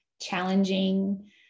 challenging